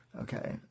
Okay